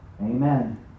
Amen